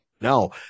No